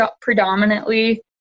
predominantly